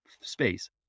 space